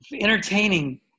entertaining